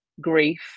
grief